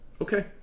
Okay